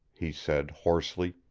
he said hoarsely,